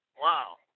wow